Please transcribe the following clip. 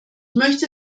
möchte